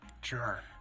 Sure